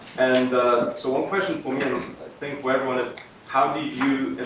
and so one question for me, i think for everyone is how did you